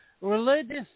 Religious